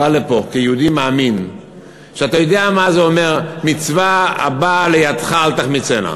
בא לפה כיהודי מאמין שיודע מה זה אומר מצווה הבאה לידך אל תחמיצנה?